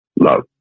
Love